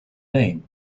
name